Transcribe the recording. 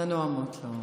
לנואמות לא.